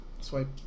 Swipe